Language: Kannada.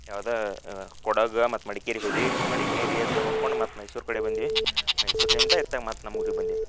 ಯಾವ್ದಾ ಕೊಡಗು ಮತ್ತೆ ಮಡಿಕೇರಿ ಹೋದ್ವಿ ಮಡಿಕೇರಿಯತ ನೋಡ್ಕೊಂಡು ಮತ್ತೆ ಮೈಸೂರು ಕಡೆ ಬಂದ್ವಿ ಮೈಸೂರ್ಲಿಂದ ಇತ್ತ ಮತ್ತೆ ನಮ್ಮೂರಿಗೆ ಬಂದ್ವಿ